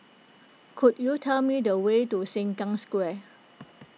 could you tell me the way to Sengkang Square